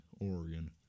Oregon